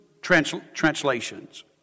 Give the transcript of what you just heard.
translations